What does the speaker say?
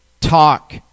talk